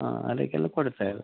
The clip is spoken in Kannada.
ಹಾಂ ಅದಕ್ಕೆಲ್ಲ ಕೊಡ್ತೇವೆ